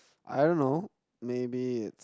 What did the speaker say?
I don't know maybe it's